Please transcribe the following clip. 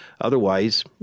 Otherwise